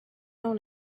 own